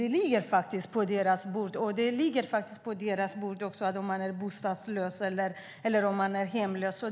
Det ligger faktiskt på deras bord. Det ligger också på deras bord att ta hand om människor som är bostadslösa eller hemlösa.